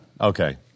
Okay